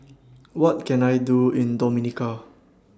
What Can I Do in Dominica